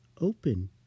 Open